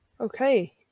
okay